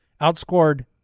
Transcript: outscored